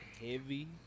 heavy